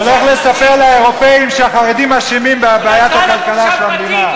הוא הולך לספר לאירופים שהחרדים אשמים בבעיית הכלכלה של המדינה.